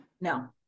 no